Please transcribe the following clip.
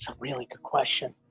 really good question.